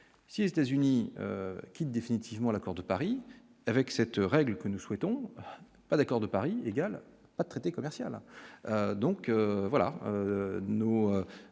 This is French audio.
six désuni quitte définitivement l'accord de Paris avec cette règle que nous souhaitons, pas d'accord de Paris égal traité commercial, donc voilà,